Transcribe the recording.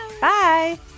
Bye